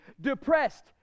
depressed